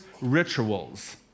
rituals